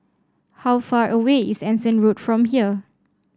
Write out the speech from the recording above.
how far away is Anson Road from here